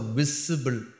visible